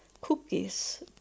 cookies